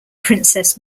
princess